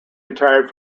retired